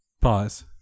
Pause